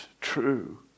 true